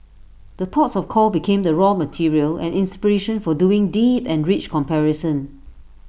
the ports of call become the raw material and inspiration for doing deep and rich comparison